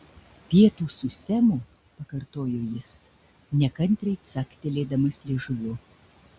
pietūs su semu pakartojo jis nekantriai caktelėdamas liežuviu